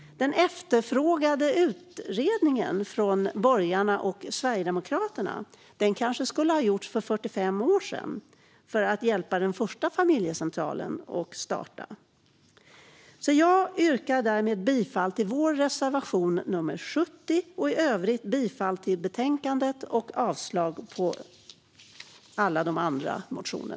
Den efterfrågade utredningen från borgarna och Sverigedemokraterna kanske skulle ha gjorts för 45 år sedan för att hjälpa den första familjecentralen att starta. Jag yrkar därmed bifall till vår reservation 70 och i övrigt bifall till utskottets förslag i betänkandet och avslag på övriga motioner.